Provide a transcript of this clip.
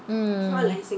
mm